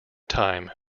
time